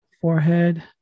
forehead